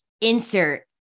insert